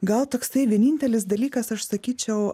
gal toksai vienintelis dalykas aš sakyčiau